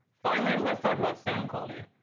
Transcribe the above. finally, let's talk about sound quality!